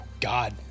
God